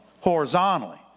Horizontally